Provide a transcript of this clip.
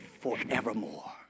forevermore